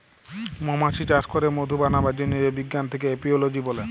মমাছি চাস ক্যরে মধু বানাবার যে বিজ্ঞান থাক্যে এপিওলোজি ব্যলে